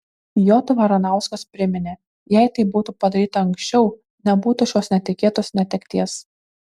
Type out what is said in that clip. j varanauskas priminė jei tai būtų padaryta anksčiau nebūtų šios netikėtos netekties